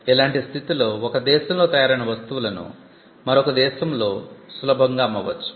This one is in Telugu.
ఇలాంటి స్థితిలో ఒక దేశంలో తయారైన వస్తువులను మరొక దేశంలో సులభంగా అమ్మవచ్చు